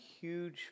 huge